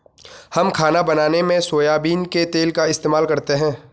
हम खाना बनाने में सोयाबीन के तेल का इस्तेमाल करते हैं